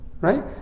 right